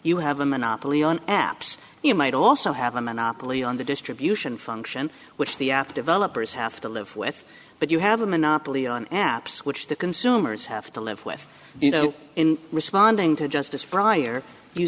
you have a monopoly on apps you might also have a monopoly on the distribution function which the app developers have to live with but you have a monopoly on apps which the consumers have to live with you know in responding to justice briar you